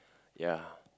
ya